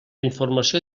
informació